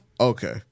Okay